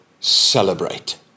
celebrate